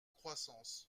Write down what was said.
croissance